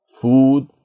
food